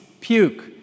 puke